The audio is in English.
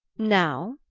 now?